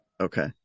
Okay